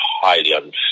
highly